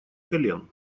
колен